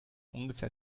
ungefähr